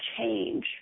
change